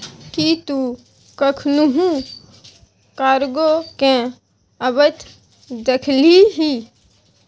कि तु कखनहुँ कार्गो केँ अबैत देखलिही?